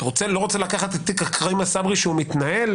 ואני לא רוצה לקחת את תיק עכרמה סברי שמתנהל,